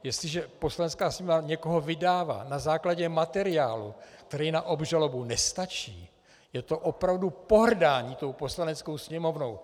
Jestliže Poslanecká sněmovna někoho vydává na základě materiálu, který na obžalobu nestačí, je to opravdu pohrdání Poslaneckou sněmovnou.